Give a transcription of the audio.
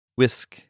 Whisk